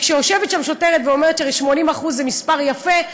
כשיושבת שם שוטרת ואומרת ש-80% זה מספר יפה,